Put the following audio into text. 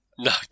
No